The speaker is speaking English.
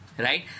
right